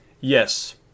Yes